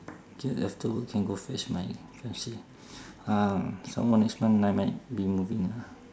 can after work can go fetch my fiancee uh some more next month I might be moving ah